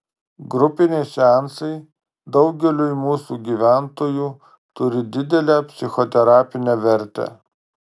grupiniai seansai daugeliui mūsų gyventojų turi didelę psichoterapinę vertę